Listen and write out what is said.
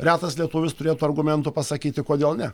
retas lietuvis turėtų argumentų pasakyti kodėl ne